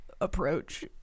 approach